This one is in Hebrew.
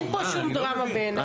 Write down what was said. אין פה שום דרמה בעיניי.